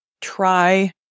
try